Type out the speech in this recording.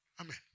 Amen